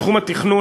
בתחום התכנון,